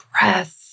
breath